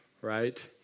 right